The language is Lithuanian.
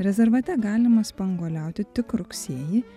rezervate galima spanguoliauti tik rugsėjį